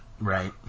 Right